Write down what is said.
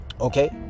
Okay